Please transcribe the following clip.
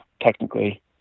technically